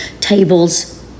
tables